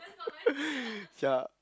ya